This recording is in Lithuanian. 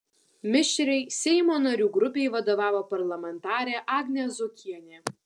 mišriai seimo narių grupei vadovavo parlamentarė agnė zuokienė